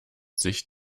sich